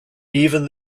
even